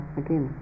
again